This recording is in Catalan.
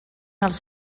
els